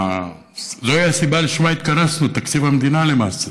זוהי הסיבה שלשמה התכנסנו, תקציב המדינה, למעשה.